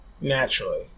Naturally